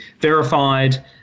verified